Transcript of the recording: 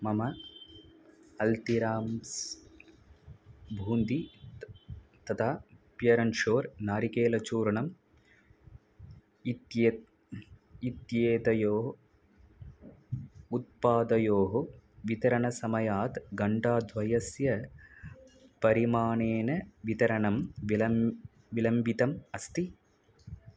मम अल्टिराम्स् भून्दि त् तथा प्योर् अण्ड् शोर् नारिकेलचूर्णं इत्यत् इत्येतयोः उत्पादयोः वितरणसमयात् घण्टाद्वयस्य परिमाणेन वितरणं विलं विलम्बितम् अस्ति